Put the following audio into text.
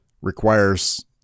requires